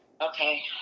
okay